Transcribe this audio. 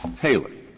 taylor.